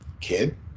kid